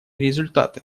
результаты